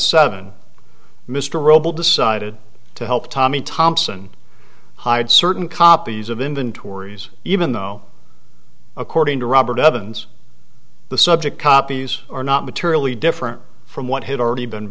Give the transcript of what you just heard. seven mr robel decided to help tommy thompson hide certain copies of inventories even though according to robert evans the subject copies are not materially different from what has already been